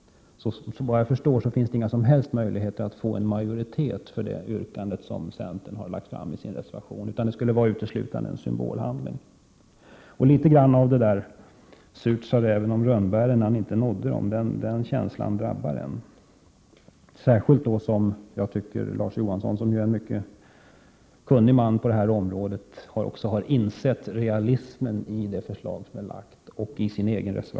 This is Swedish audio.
Vad jag förstår, finns det inga som helst möjligheter att få majoritet för det yrkande som centern har lagt fram i sin reservation. Som jag redan sagt uppfattar jag centerns reservation uteslutande som en symbolhandling. Jag får en känsla av ”surt sade räven om rönnbären när han inte nådde dem”, särskilt som Larz Johansson — som ju är en mycket kunnig man på det här området — också har insett realismen i det förslag som föreligger efter vår överenskommelse med socialdemokraterna.